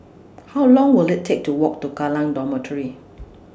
How Long Will IT Take to Walk to Kallang Dormitory